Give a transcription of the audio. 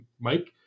Mike